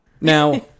Now